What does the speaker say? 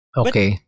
okay